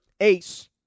ace